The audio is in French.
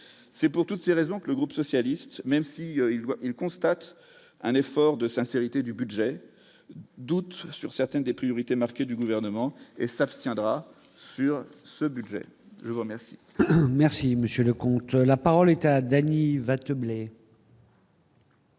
c'est pour toutes ces raisons que le groupe socialiste, même si il doit elle constate un effort de sincérité du budget, d'autres sur certaines des priorités marquée du gouvernement et s'abstiendra sur ce budget je vous remercie. Merci, Monsieur le comte, la parole est à Dany va troubler.